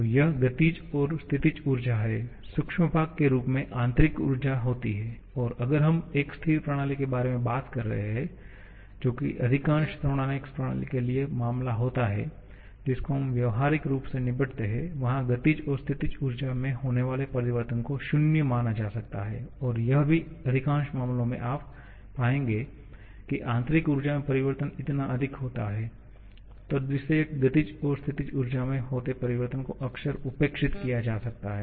तो यह गतिज और स्थितिज ऊर्जाएं हैं सूक्ष्म भाग के रूप में आंतरिक ऊर्जा होती है और अगर हम एक स्थिर प्रणाली के बारे में बात कर रहे हैं जो कि अधिकांश थर्मोडायनामिक प्रणाली के लिए मामला होता है जिसको हम व्यावहारिक रूप से निपटते है वहा गतिज और स्थितिज ऊर्जा में होनेवाले परिवर्तन को 0 शुन्य माना जा सकता है और यह भी अधिकांश मामलों में आप पाएंगे कि आंतरिक ऊर्जा में परिवर्तन इतना अधिक होता है तद्विषयक गतिज और स्थितिज ऊर्जा में होते परिवर्तन को अक्सर उपेक्षित किया जा सकता है